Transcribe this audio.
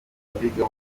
abiga